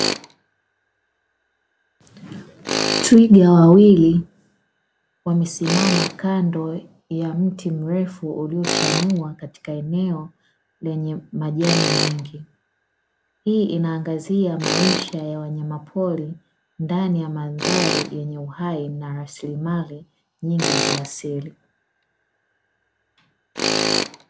Twiga wawili wamesimama kando ya mti mrefu uliyochanua katika eneo lenye majani mengi. Hii inaangazia maisha ya wanyama pori ndani ya mandhari yenye uhai na rasilimali nyingi za asili.